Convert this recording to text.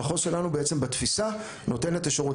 המחוז שלנו, בעצם בתפיסה, נותן את השירות.